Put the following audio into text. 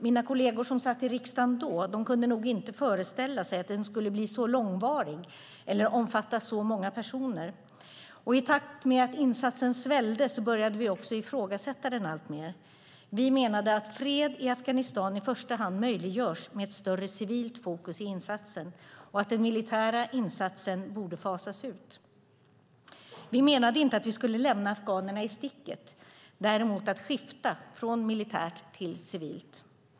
Mina kolleger som satt i riksdagen då kunde nog inte föreställa sig att den skulle bli så långvarig eller omfatta så många personer. I takt med att insatsen svällde började vi också ifrågasätta den alltmer. Vi menade att fred i Afghanistan i första hand möjliggörs med ett större civilt fokus i insatsen och att den militära insatsen borde fasas ut. Vi menade inte att vi skulle lämna afghanerna i sticket, men däremot skulle vi skifta från militärt till civilt.